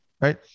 right